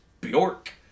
Bjork